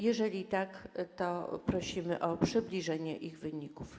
Jeżeli tak, to prosimy o przybliżenie ich wyników.